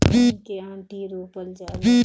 आम के आंठी रोपल जाला